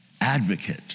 Advocate